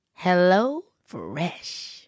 HelloFresh